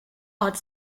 odd